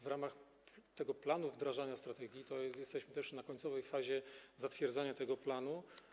W ramach tego planu wdrażania strategii jesteśmy też w końcowej fazie zatwierdzania tego planu.